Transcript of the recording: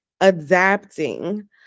adapting